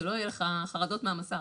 שלא יהיו לך חרדות מהמסך.